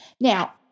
Now